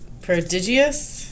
Prodigious